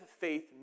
faith